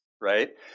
right